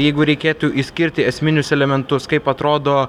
jeigu reikėtų išskirti esminius elementus kaip atrodo